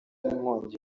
n’inkongi